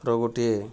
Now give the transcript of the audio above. ର ଗୋଟିଏ